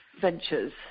ventures